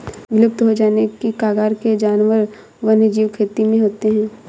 विलुप्त हो जाने की कगार के जानवर वन्यजीव खेती में होते हैं